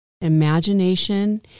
Imagination